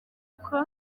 uko